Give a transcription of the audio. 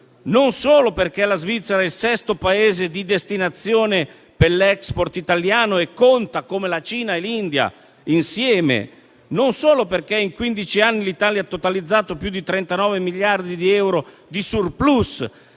non solo perché la Svizzera è il sesto Paese di destinazione per l'*export* italiano e conta come la Cina e l'India insieme, non solo perché in quindici anni l'Italia ha totalizzato più di 39 miliardi di euro di surplus